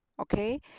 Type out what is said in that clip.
okay